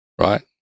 right